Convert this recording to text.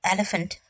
Elephant